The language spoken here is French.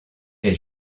est